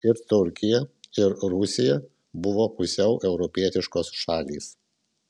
ir turkija ir rusija buvo pusiau europietiškos šalys